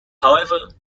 however